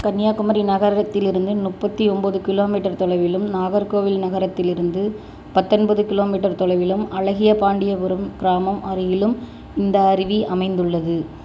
கன்னியாக்குமரி நகரத்திலிருந்து முப்பத்தி ஒம்பது கிலோ மீட்டர் தொலைவிலும் நாகர்கோவில் நகரத்திலிருந்து பத்தொம்போது கிலோ மீட்டர் தொலைவிலும் அழகியபாண்டியபுரம் கிராமம் அருகிலும் இந்த அருவி அமைந்துள்ளது